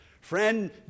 Friend